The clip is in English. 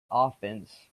offense